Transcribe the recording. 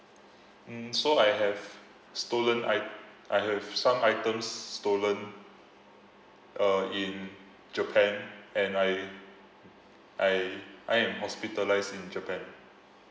hmm so I have stolen I I have some items stolen uh in japan and I I I am hospitalised in japan